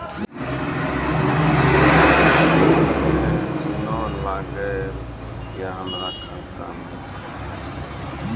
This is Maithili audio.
के.वाई.सी ने न लागल या हमरा खाता मैं?